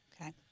Okay